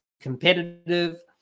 competitive